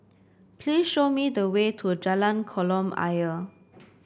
please show me the way to Jalan Kolam Ayer